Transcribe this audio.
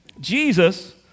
Jesus